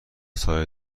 سایه